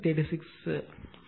6 degree